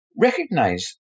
recognize